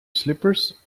slippers